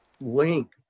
link